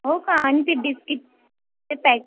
हो का आणि ते बिस्कीटचे पॅक